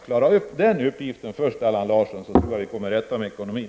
Se först till att de klyftorna minskar, Allan Larsson, så tror jag att vi kommer till rätta med ekonomin.